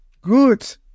Good